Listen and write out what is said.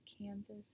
Kansas